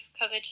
covered